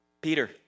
Peter